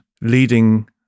leading